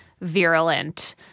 virulent